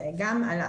זה גם עלה.